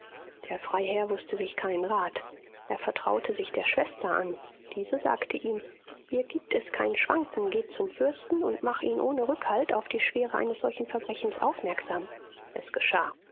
der freiherr wußte sich keinen rat er vertraute sich der schwester an diese sagte ihm hier gibt es kein schwanken geh zum fürsten und mach ihn ohne rückhalt auf die schwere eines solchen verbrechens aufmerksam es geschah